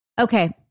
Okay